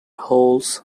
holes